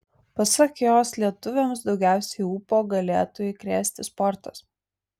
pasak jos lietuviams daugiausiai ūpo galėtų įkrėsi sportas